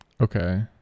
okay